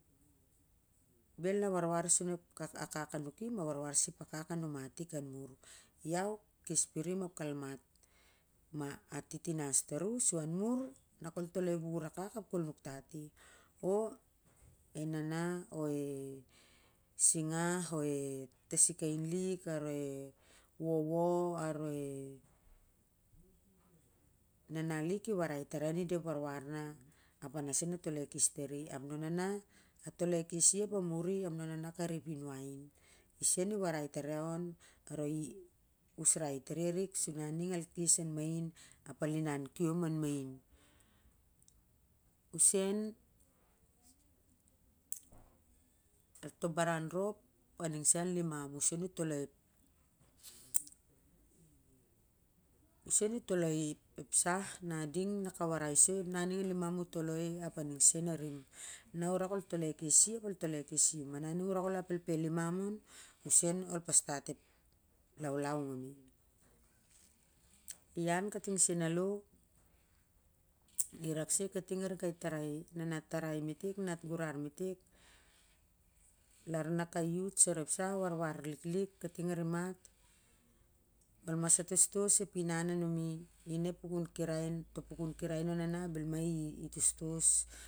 Bel a warwar sep akak a nuki ma warwar sep wakak a numat i an mur lan ka kes pisim ap kal mat ma atitunas tar su na kol toloi ep ur ak ap kol nuk tati o enana o e singah aro tasik ain lik a wowo, o e nanaik i warwar tar lau on i da ep warwar na ep a na sen a toloi a kes tari ap a muri ap naona ka re eo inwaiir isen i wrwar tar lau on i usrai tari ank suning al kes an main ap al inna kiom an main u sen ro baran nop a ning sen an limam usen u toloi ep sah na ka warai soi ap a ning sen arin na u rak ol toloi akes i ap ol toloi ma na u ra ol apelpel liman an u sen ol pastat ep laulau on i an kating sen a lo kating arin kainanat tarai metek kai nanat gurau metek na warwar lik ia ting a namat ol mas atostos ep inan a numi ina toh pukuu krai bel ma i akak.